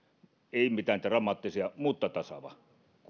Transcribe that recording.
ei mitään dramaattista mutta tasaava